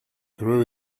grew